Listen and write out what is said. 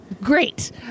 Great